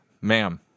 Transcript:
Ma'am